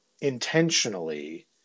intentionally